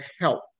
help